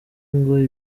ngo